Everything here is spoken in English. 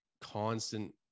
constant